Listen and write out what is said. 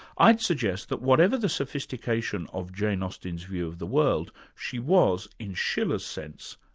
i'd suggest that whatever the sophistication of jane austen's view of the world, she was, in schiller's sense,